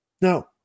Now